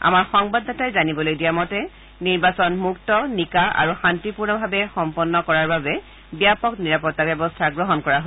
আমাৰ সংবাদ দাতাই জানিবলৈ দিয়া মতে নিৰ্বাচন মুক্ত নিকা আৰু শান্তিপূৰ্ণভাৱে সমাপ্ত কৰাৰ ব্যাপক নিৰাপত্তা ব্যৱস্থা গ্ৰহণ কৰা হৈছে